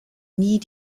nie